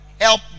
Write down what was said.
help